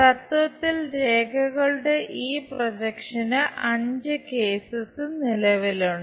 തത്വത്തിൽ വരികളുടെ ഈ പ്രൊജക്ഷന് നിലവിലുണ്ട്